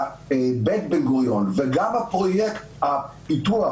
בית בן-גוריון וגם פרויקט הפיתוח